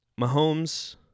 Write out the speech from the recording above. Mahomes